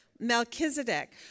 Melchizedek